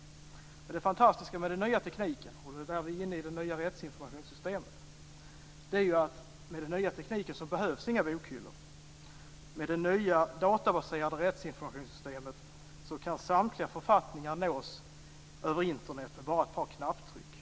Det fantastiska med den nya tekniken, och då kommer vi in på det nya rättsinformationssystemet, är att det behövs inga bokhyllor. Med den nya databaserade rättsinformationssystemet kan samtliga författningar nås över Internet med bara ett par knapptryckningar.